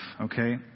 okay